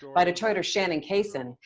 by detroiter shannon cason,